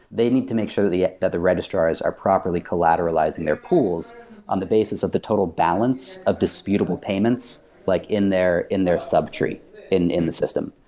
they need to make sure yeah that the registrars are properly collateralizing their pools on the basis of the total balance of disputable payments like in their in their subtree in in the system.